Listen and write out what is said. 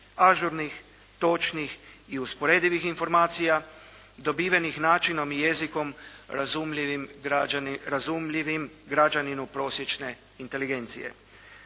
ažurnih, točnih i usporedivih informacija dobivenih načinom i jezikom razumljivim građaninu prosječne inteligencije.